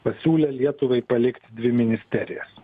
pasiūlė lietuvai palikti dvi ministerijas